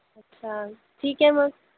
अच्छा ठीक आहे मग